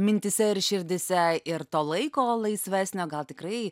mintyse ir širdyse ir to laiko laisvesnio gal tikrai